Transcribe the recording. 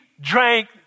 drank